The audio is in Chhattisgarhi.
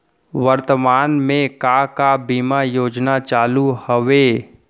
वर्तमान में का का बीमा योजना चालू हवये